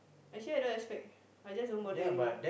actually I don't expect I just don't bother anymore